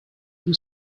you